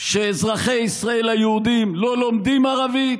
שאזרחי ישראל היהודים לא לומדים ערבית